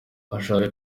ashaka